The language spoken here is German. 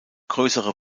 größere